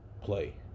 play